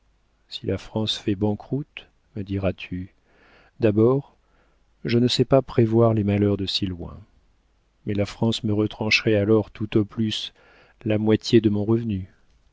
si la france fait banqueroute me diras-tu d'abord je ne sais pas prévoir les malheurs de si loin mais la france me retrancherait alors tout au plus la moitié de mon revenu